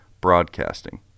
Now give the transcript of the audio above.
broadcasting